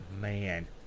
Man